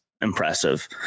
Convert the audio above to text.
impressive